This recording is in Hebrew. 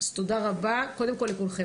אז תודה רבה, קודם כול לכולכם.